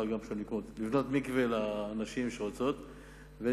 גם שם לבנות מקווה לנשים שרוצות בכך.